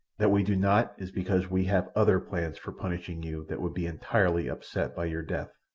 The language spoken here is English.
that we do not is because we have other plans for punishing you that would be entirely upset by your death.